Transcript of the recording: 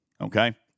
Okay